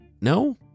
No